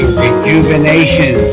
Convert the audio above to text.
rejuvenation